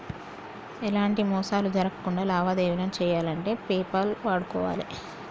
ఎలాంటి మోసాలు జరక్కుండా లావాదేవీలను చెయ్యాలంటే పేపాల్ వాడుకోవాలే